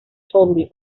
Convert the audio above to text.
totally